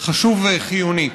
חשוב וחיוני.